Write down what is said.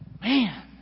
Man